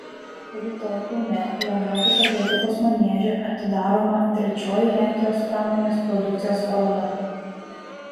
rytoj kaune lengvosios atletikos manieže atidaroma trečioji lenkijos pramonės produkcijos paroda